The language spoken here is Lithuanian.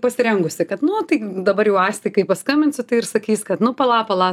pasirengusi kad nu tai dabar jau astikai paskambinsiu tai ir sakys kad nu pala pala